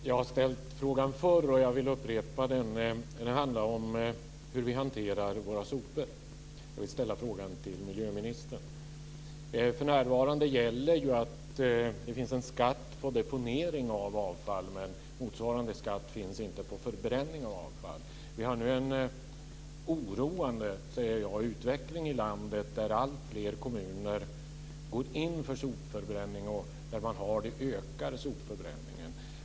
Jag har ställt frågan förr, och jag vill upprepa den. Den handlar om hur vi hanterar våra sopor. Jag vill ställa frågan till miljöministern. För närvarande gäller att det finns en skatt på deponering av avfall, men motsvarande skatt finns inte på förbränning av avfall. Vi har nu en oroande utveckling i landet, där alltfler kommuner går in för sopförbränning och där sopförbränningen ökar.